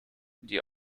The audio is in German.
die